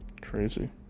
Crazy